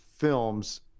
films